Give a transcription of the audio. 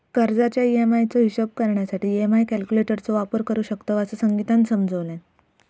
कर्जाच्या ई.एम्.आई चो हिशोब करण्यासाठी ई.एम्.आई कॅल्क्युलेटर चो वापर करू शकतव, असा संगीतानं समजावल्यान